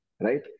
Right